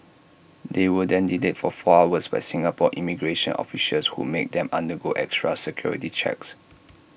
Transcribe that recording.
they were then delayed for four hours by Singapore immigration officials who made them undergo extra security checks